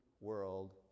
world